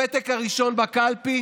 הפתק הראשון בקלפי